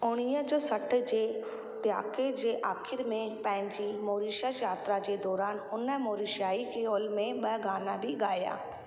उणिवीह जो सठ जे ॾहाके जे आख़िर में पंहिंजी मॉरीशस यात्रा जे दौरानु हुन मॉरिशियाई क्रियोल में ॿ गाना बि ॻाया